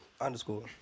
underscore